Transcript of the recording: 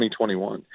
2021